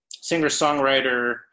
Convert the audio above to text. singer-songwriter